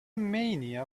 mania